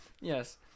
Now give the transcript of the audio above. Yes